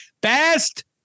Best